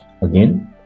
Again